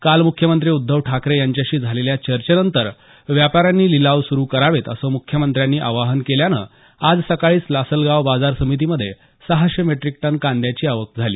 काल मुख्यमंत्री उद्धव ठाकरे यांच्याशी झालेल्या चर्चेनंतर व्यापाऱ्यांनी लिलाव सुरू करावेत असं मुख्यमंत्र्यांनी आवाहन केल्यानं आज सकाळीच लासलगाव बाजार समितीमध्ये सहाशे मेट्रिक टन कांद्याची आवक झाली